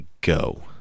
go